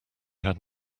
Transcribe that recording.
had